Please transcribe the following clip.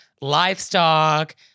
livestock